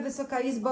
Wysoka Izbo!